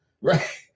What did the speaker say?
right